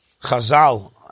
Chazal